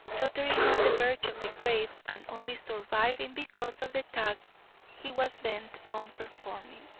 tottering on the verge of the grave and only surviving because of the task he was bent on performing.